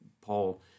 Paul